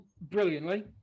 brilliantly